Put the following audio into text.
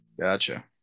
Gotcha